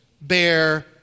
bear